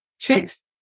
tricks